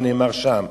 מה נאמר שם.